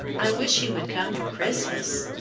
i wish he would come for christmas.